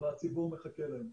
והציבור מחכה להם.